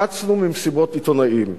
קצנו במסיבות עיתונאים,